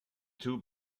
two